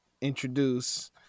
introduce